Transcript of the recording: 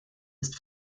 ist